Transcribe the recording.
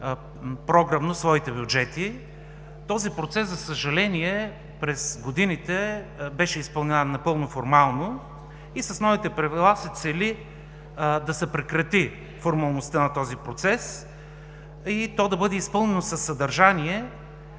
програмно своите бюджети. Този процес за съжаление през годините беше изпълняван напълно формално и с новите правила се цели да се прекрати формалността на този процес и то да бъде изпълнено със съдържание